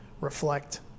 reflect